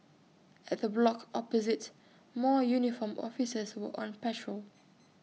at the block opposite more uniformed officers were on patrol